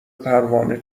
پروانه